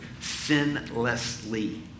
sinlessly